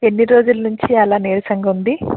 ఎన్ని రోజుల నుంచి అలా నీరసంగా ఉంది